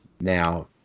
Now